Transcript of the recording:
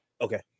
Okay